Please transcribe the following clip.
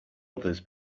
others